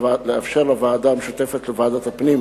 לאפשר לוועדה המשותפת לוועדת הפנים